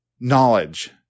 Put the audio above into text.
knowledge